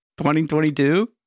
2022